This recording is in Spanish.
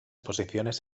posiciones